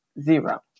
zero